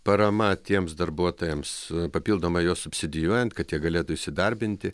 parama tiems darbuotojams papildomai juos subsidijuojant kad jie galėtų įsidarbinti